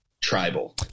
tribal